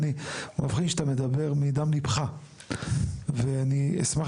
אני מבחין שאתה מדבר מדם ליבך ואני אשמח